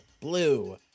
blue